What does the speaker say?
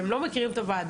אתם לא מכירים את הוועדה,